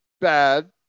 bad